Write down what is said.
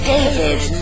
David